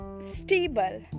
stable